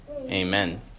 Amen